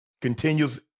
continues